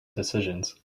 decisions